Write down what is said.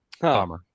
Bummer